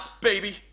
baby